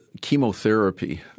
chemotherapy –